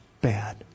bad